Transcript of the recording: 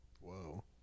Whoa